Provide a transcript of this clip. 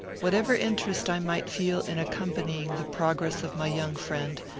whatever interest i might feel in accompanying the progress of my young friend,